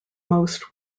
most